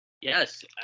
Yes